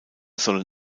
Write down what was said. sollen